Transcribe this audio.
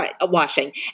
washing